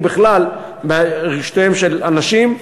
ובכלל ברגשותיהם של אנשים,